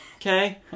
Okay